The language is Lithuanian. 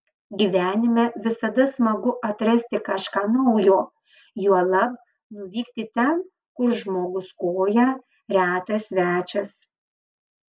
gyvenime visada smagu atrasti kažką naujo juolab nuvykti ten kur žmogus koja retas svečias